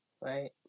Right